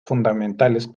fundamentales